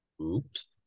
Oops